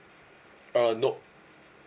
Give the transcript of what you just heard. uh nop